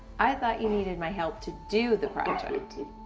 i thought you needed my help to do the project.